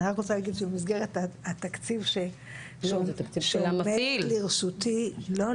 אני רק רוצה להגיד שבמסגרת התקציב שעומד לרשותי --- לא,